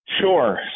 Sure